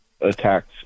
attacks